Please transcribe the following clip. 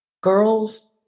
girls